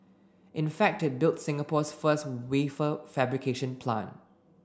in fact it built Singapore's first wafer fabrication plant